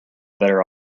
better